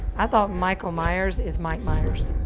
i thought michael myers is mike myers.